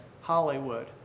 Hollywood